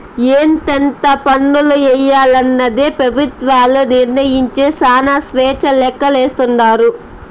ఎంతెంత పన్నులెయ్యాలనేది పెబుత్వాలు నిర్మయించే శానా స్వేచ్చగా లెక్కలేస్తాండారు